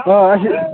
آ اَسہِ چھِ